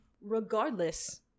Regardless